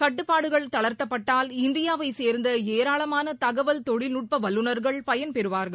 கட்டுப்பாடுகள் தளர்த்தப்பட்டால் இந்தியாவைசேர்ந்தஏராளமானதகவல் தொழில்நுட்பவல்லுநர்கள் பயன் பெறுவா்கள்